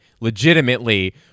legitimately